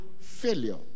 failure